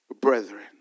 brethren